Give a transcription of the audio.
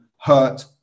hurt